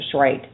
rate